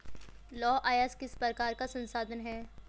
लौह अयस्क किस प्रकार का संसाधन है?